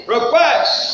Requests